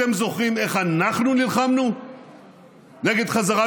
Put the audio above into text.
אתם זוכרים איך אנחנו נלחמנו נגד חזרת